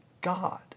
God